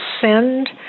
send